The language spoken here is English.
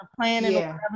planning